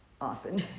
often